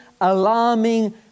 alarming